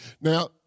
Now